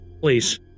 Please